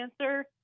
answer